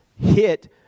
hit